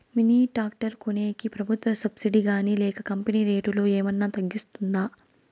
Mini tractor కొనేకి ప్రభుత్వ subsidy గాని లేక కంపెని రేటులో ఏమన్నా తగ్గిస్తుందా?